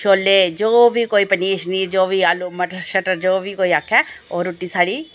शोले जो बी कोई पनीर शनीर जो बी आलू मटर शटर जो बी कोई आक्खै ओह् रुट्टी साढ़ी त्यार होंदी